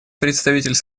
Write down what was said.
представитель